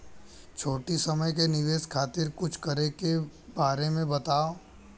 छोटी समय के निवेश खातिर कुछ करे के बारे मे बताव?